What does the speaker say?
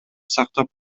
сактап